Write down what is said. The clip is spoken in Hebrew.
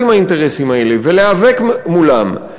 עם האינטרסים האלה ולהיאבק מולם.